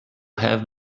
have